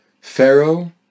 Pharaoh